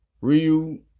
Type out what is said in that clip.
Ryu